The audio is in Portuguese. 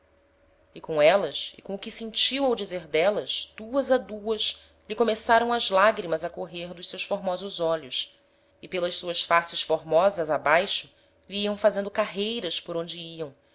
e com élas e com o que sentiu ao dizer d'élas duas a duas lhe começaram as lagrimas a correr dos seus formosos olhos e pelas suas faces formosas abaixo lhe iam fazendo carreiras por onde iam